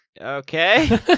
Okay